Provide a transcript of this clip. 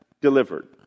delivered